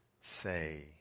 say